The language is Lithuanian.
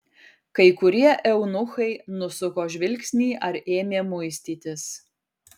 kai kurie eunuchai nusuko žvilgsnį ar ėmė muistytis